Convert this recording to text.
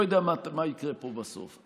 לא יודע מה יקרה פה בסוף,